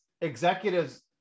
executives